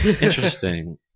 Interesting